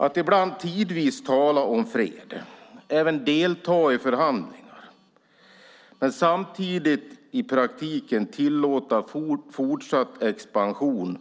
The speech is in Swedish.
Att ibland tala om fred, och även delta i förhandlingar samtidigt som man i praktiken tillåter fortsatt expansion